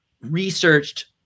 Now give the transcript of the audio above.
researched